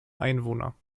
einwohner